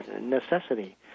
necessity